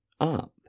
up